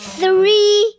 three